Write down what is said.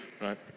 right